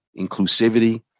inclusivity